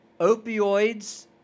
Opioids